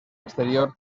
exterior